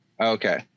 Okay